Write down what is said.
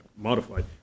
modified